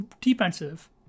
defensive